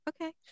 Okay